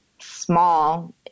small